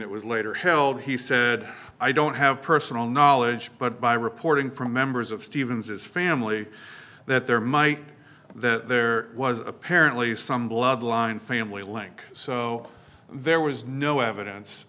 that was later held he said i don't have personal knowledge but by reporting from members of stevens his family that there might be that there was apparently some bloodline family link so there was no evidence